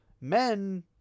Men